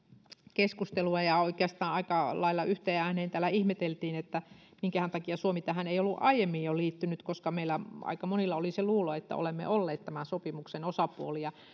keskustelua ja oikeastaan aika lailla yhteen ääneen täällä ihmeteltiin että minkähän takia suomi tähän ei ollut aiemmin jo liittynyt koska meillä aika monilla oli se luulo että olemme olleet tämän sopimuksen osapuolia